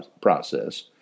process